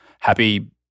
happy